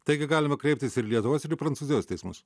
taigi galima kreiptis ir į lietuvos ir į prancūzijos teismus